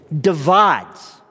divides